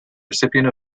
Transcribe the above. recipient